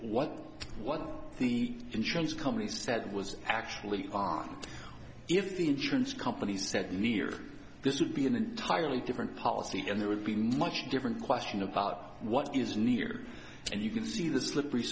of the insurance companies said was actually if the insurance companies said near this would be an entirely different policy and there would be much different question about what is near and you can see the slippery